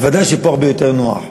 אז ודאי שפה הרבה יותר נוח.